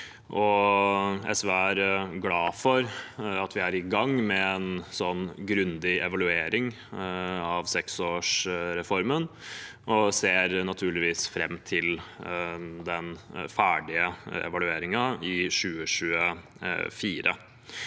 SV er glad for at vi er i gang med en grundig evaluering av seksårsreformen, og vi ser naturligvis fram til den ferdige evalueringen i 2024.